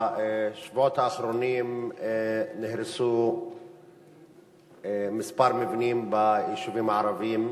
בשבועות האחרונים נהרסו כמה מבנים ביישובים הערביים